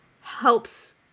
helps